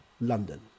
London